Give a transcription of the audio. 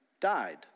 died